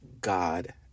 God